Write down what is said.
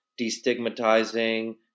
destigmatizing